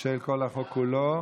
על כל החוק כולו.